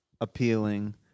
appealing